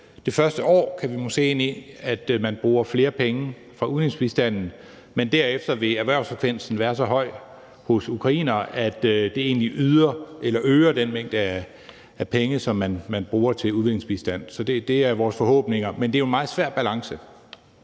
det første år måske vil se, at man bruger flere penge fra udviklingsbistanden, men derefter vil ukrainernes erhvervsfrekvens være så høj, at det vil øge det beløb, man bruger til udviklingsbistand. Det er vores forhåbninger, men det er jo en meget svær balance.